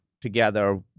together